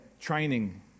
training